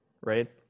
right